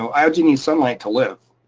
so algae needs sunlight to live,